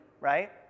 right